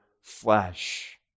flesh